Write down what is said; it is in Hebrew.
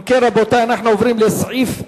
אם כן, רבותי, אנחנו עוברים לסעיף 10: